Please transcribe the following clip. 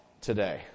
today